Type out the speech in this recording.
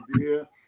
idea